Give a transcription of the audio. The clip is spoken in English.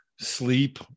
Sleep